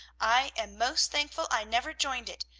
i am most thankful i never joined it,